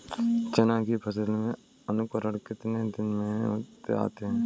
चना की फसल में अंकुरण कितने दिन में आते हैं?